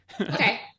Okay